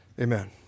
Amen